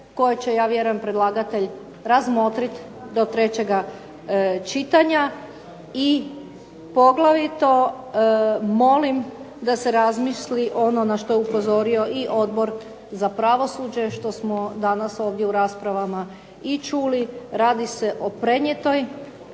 koje će ja vjerujem predlagatelj razmotriti do trećega čitanja i poglavito molim da se razmisli ono na što je upozorio i Odbor za pravosuđe što smo danas ovdje u raspravama i čuli, radi se o prenijetom